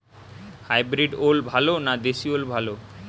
Hybrid ওল ভালো না দেশী ওল ভাল?